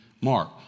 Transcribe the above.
Mark